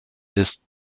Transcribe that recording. ist